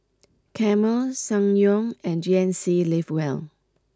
Camel Ssangyong and G N C live well